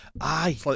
Aye